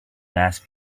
last